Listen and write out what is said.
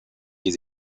des